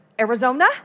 Arizona